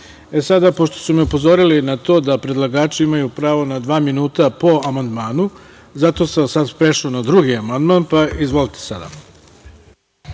zakona. Sada, pošto su me upozorili na to da predlagači imaju pravo na dva minuta po amandmanu, zato sam prešao na drugi amandman. Izvolite sada.